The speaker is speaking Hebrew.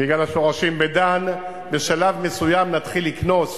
בגלל השורשים ב"דן" בשלב מסוים נתחיל לקנוס